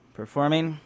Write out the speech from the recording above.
performing